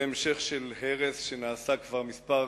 זה בהמשך של הרס שנעשה כבר מספר